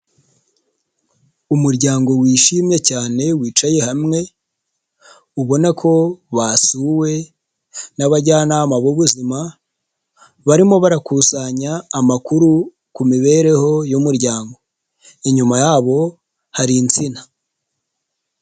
Umuryango wishimye cyane wicaye hamwe, ubona ko basuwe n'abajyanama b'ubuzima, barimo barakusanya amakuru ku mibereho y'umuryango inyuma yabo hari insina.